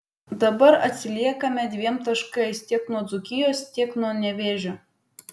dabar atsiliekame dviem taškais tiek nuo dzūkijos tiek nuo nevėžio